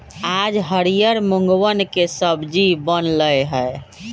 आज हरियर मूँगवन के सब्जी बन लय है